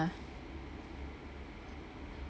mah